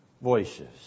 voices